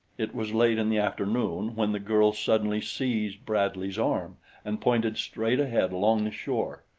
it was late in the afternoon when the girl suddenly seized bradley's arm and pointed straight ahead along the shore.